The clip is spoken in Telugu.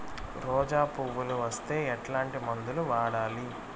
రోజా పువ్వులు వస్తే ఎట్లాంటి మందులు వాడాలి?